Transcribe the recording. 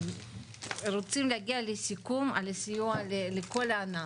רוצים להגיע לסיכום על הסיוע לכל הענף.